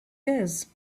his